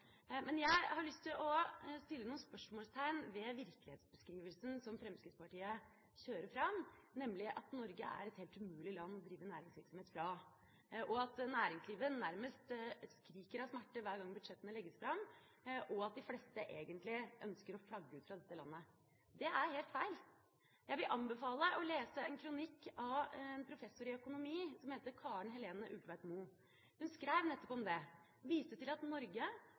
Men jeg har lyst til å sette noen spørsmålstegn ved virkelighetsbeskrivelsen som Fremskrittspartiet kjører fram, nemlig at Norge er et helt umulig land å drive næringsvirksomhet fra, at næringslivet nærmest skriker av smerte hver gang budsjettene legges fram, og at de fleste egentlig ønsker å flagge ut fra dette landet. Det er helt feil. Jeg vil anbefale å lese en kronikk av en professor i økonomi som heter Karen Helene Ulltveit-Moe. Hun skrev nettopp om det og viste til at Norge,